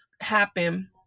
happen